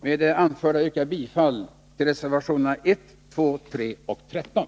Med det anförda yrkar jag bifall till reservationerna 1, 2, 3 och 13.